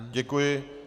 Děkuji.